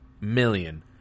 million